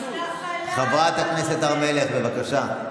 חברת הכנסת הר מלך, בבקשה.